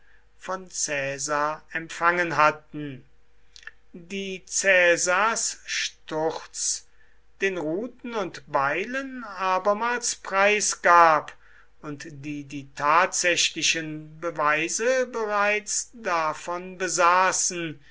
von caesar empfangen hatten die caesars sturz den ruten und beilen abermals preisgab und die die tatsächlichen beweise bereits davon besaßen